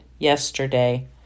yesterday